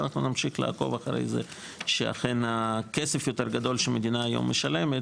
ואנחנו נמשיך לעקוב אחרי זה שאכן הכסף יותר גדול שהמדינה היום משלמת,